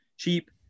cheap